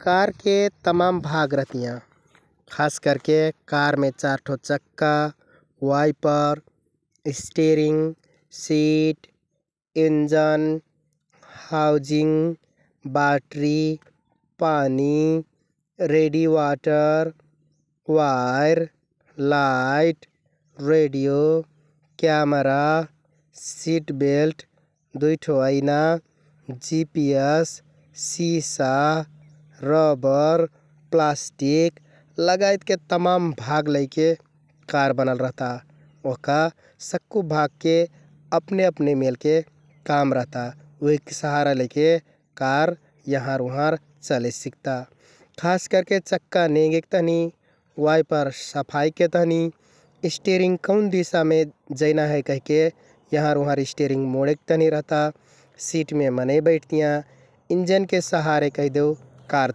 कारके तमाम भाग रहतियाँ खास करके कारमे चार ठोर चक्का, wiper, steering, seat, engine, housing, battery, पानी, radiator, wire, light, radio, camera, seat belt, दुइ ठो ऐना, जिपिएस, सिसा, रबर, प्लाष्‍टिक लगायतके तमाम भाग लैके कार बनल रहता । ओहका सक्कु भागके अपने अपने मेलके काम रहता उहिक सहारा लैके कार यहँर उहँर चले सिकता । खास करके चक्का नेंगेक तहनि, वाइपर सफाइके तहनि, स्टेरिङ्ग कौन दिशामे जैना हे कहिके यहँर उहँर स्टेरिङ्ग मोडेक तहनि रहता । सिटमे मनैं बैठतियाँ, इन्जनके सहारे कैहदेउ कार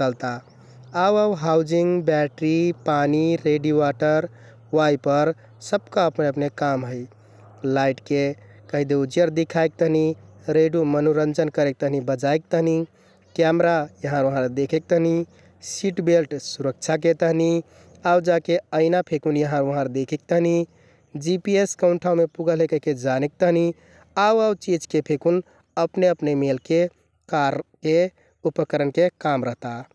चलता आउ आउ हाउजिङ्ग, ब्याट्रि, पानि, रेडिवाटर, वाइपर सबका अपने अपने काम है । लाइटके कैहदेउ उजियर दिखाइक तहनि, रेडु मनोरन्जन करेक तहनि बजाइक तहनि, क्यामरा यहँर उहँर देखेक तहनि, सिट बेल्ट सुरक्षाके तहनि, आउ जाके ऐना फेकुन यहँर उहँर देखेक तहनि, जिपिएस कौन ठाउँमे पुगल हे कहिके जानेक तहनि आउ आउ चिजके फेकुन अपने मेलके कारके उपकरणके काम रहता ।